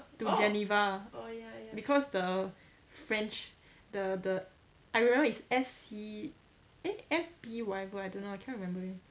to geneva because the french the the I remember is S_C eh S_B_Y_Y I don't know I cannot remember